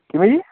ਕਿਵੇਂ ਜੀ